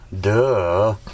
Duh